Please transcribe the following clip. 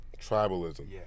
Tribalism